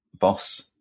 boss